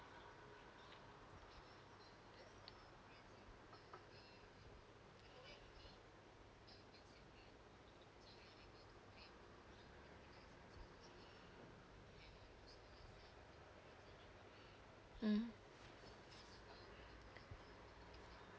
mm